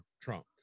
Trump